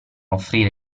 offrire